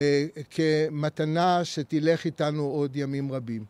וכמתנה שתלך איתנו עוד ימים רבים.